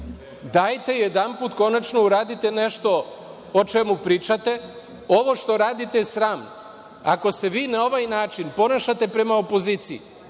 jedanput konačno uradite nešto o čemu pričate. Ovo što radite je sramno. Ako se vi na ovaj način ponašate prema opoziciji,